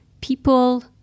people